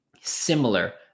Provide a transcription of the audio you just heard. similar